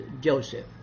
Joseph